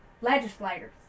legislators